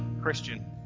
Christian